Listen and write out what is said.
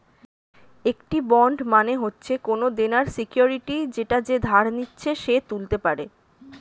একটি বন্ড মানে হচ্ছে কোনো দেনার সিকিউরিটি যেটা যে ধার নিচ্ছে সে তুলতে পারে